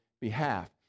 behalf